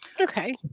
Okay